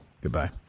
Goodbye